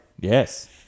Yes